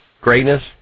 greatness